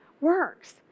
works